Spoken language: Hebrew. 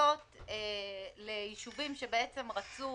מתייחסות ליישובים שרצו